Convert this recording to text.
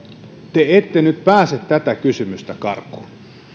te ette nyt pääse tätä kysymystä karkuun